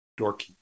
dorky